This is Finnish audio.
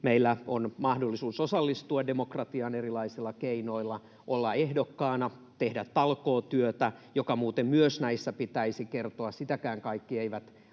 Meillä on mahdollisuus osallistua demokratiaan erilaisilla keinoilla, olla ehdokkaana, tehdä talkootyötä, joka muuten näissä pitäisi kertoa myös. Sitäkään kaikki eivät